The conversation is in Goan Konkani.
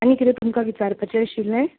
आनी कितें तुमकां विचरपाचें आशिल्लें